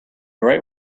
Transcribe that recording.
right